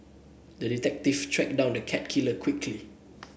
the detective tracked down the cat killer quickly